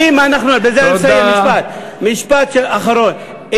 משפט אחרון.